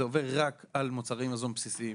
זה עובר רק על מוצרי מזון בסיסיים.